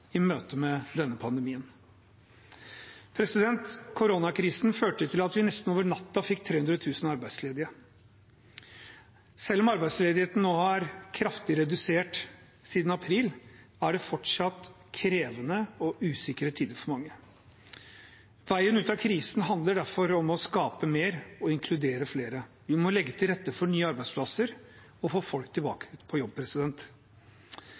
i møte med denne pandemien. Koronakrisen førte til at vi nesten over natten fikk 300 000 arbeidsledige. Selv om arbeidsledigheten er blitt kraftig redusert siden april, er det fortsatt krevende og usikre tider for mange. Veien ut av krisen handler derfor om å skape mer og inkludere flere. Vi må legge til rette for nye arbeidsplasser og få folk tilbake på jobb.